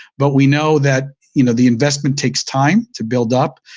but we know that you know the investment takes time to build up.